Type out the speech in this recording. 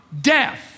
death